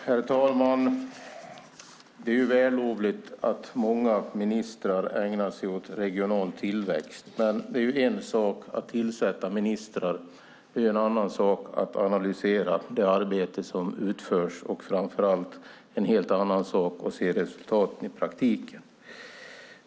Herr talman! Det är vällovligt att många ministrar ägnar sig åt regional tillväxt, men det är en sak att tillsätta ministrar och en annan sak att analysera det arbete som utförs. Framför allt är det en helt annan sak att se resultaten i praktiken.